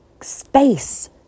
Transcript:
space